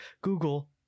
google